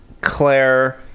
Claire